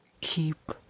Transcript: keep